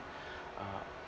uh